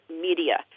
media